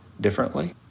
differently